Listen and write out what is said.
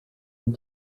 and